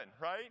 right